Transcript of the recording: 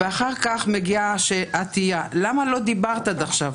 ואחר כך מגיעה התהייה: למה לא דיברת עד עכשיו?